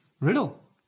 riddle